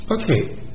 Okay